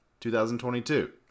2022